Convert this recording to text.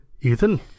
Ethan